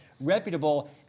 Reputable